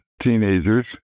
teenagers